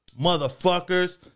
Motherfuckers